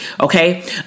Okay